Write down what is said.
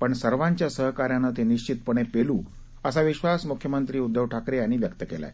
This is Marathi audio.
पण सर्वांच्या सहकार्यानं ते निश्वितपणे पेलू असा विश्वास मुख्यमंत्री उद्दव ठाकरे यांनी व्यक्त केला आहे